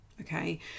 okay